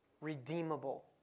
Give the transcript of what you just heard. redeemable